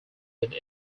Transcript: would